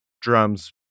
drums